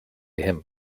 him